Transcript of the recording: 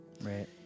Right